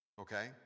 Okay